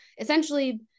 essentially